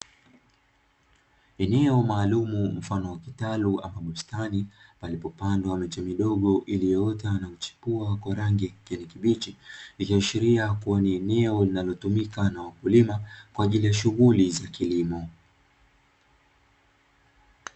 Eneo maalumu mfano wa kitalu ama bustani palipopandwa miche midogo iliyoota na kukua kwa rangi ya kijani kibichi, ikiashiria kuwa ni eneo linalotumika na wakulima kwa ajili ya shughuli za kilimo.